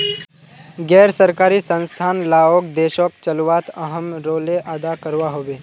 गैर सरकारी संस्थान लाओक देशोक चलवात अहम् रोले अदा करवा होबे